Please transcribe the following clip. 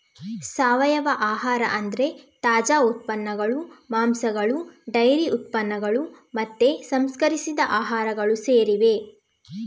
ಸಾವಯವ ಆಹಾರ ಅಂದ್ರೆ ತಾಜಾ ಉತ್ಪನ್ನಗಳು, ಮಾಂಸಗಳು ಡೈರಿ ಉತ್ಪನ್ನಗಳು ಮತ್ತೆ ಸಂಸ್ಕರಿಸಿದ ಆಹಾರಗಳು ಸೇರಿವೆ